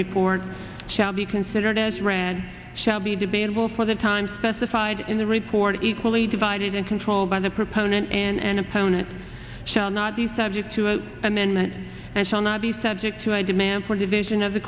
record shall be considered as read shall be debatable for the time specified in the report equally divided and controlled by the proponent and opponent shall not be subject to an amendment and shall not be subject to i demand for division